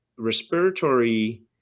respiratory